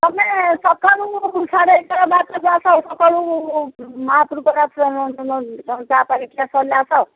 ତୁମେ ସକାଳୁ ସାଢ଼େ ଏଗାର ବାରରେ ଆସ ସକାଳୁ ମାହାପୁର ପରା ଚା' ପାଣି ଖାଇ ଆସ